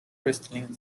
crystalline